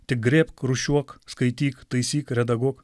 tik griebk rūšiuok skaityk taisyk redaguok